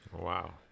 Wow